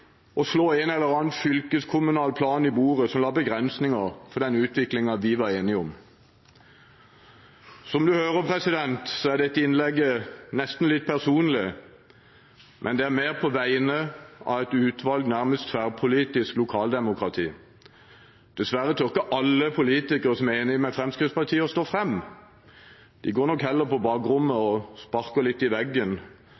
slå en eller annen fylkeskommunal plan i bordet, som la begrensninger på den utviklingen vi var enige om. Som presidenten kan høre, er dette innlegget nesten litt personlig, men det er mer på vegne av et nærmest tverrpolitisk utvalg av lokaldemokratier. Dessverre tør ikke alle politikere som er enig med Fremskrittspartiet, å stå fram. De går nok heller på bakrommet